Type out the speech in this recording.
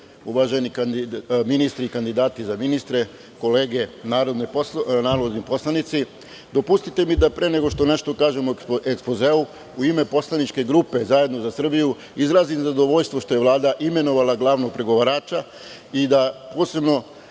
uvaženi ministri i kandidati za ministre, kolege narodni poslanici, dopustite mi da pre nego što nešto kažem o ekspozeu, u ime poslaničke grupe ZZS izrazim zadovoljstvo što je Vlada imenovala glavnog pregovarača i da posebno